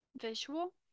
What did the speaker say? Visual